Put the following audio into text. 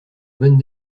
bonnes